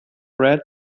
read